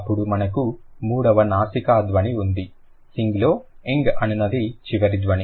అప్పుడు మనకు మూడవ నాసికా ధ్వని ఉంది సింగ్ లో న్గ్ అనునది చివరి ధ్వని